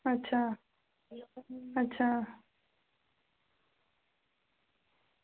अच्छा अच्छा